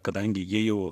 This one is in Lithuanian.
kadangi jie jau